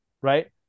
right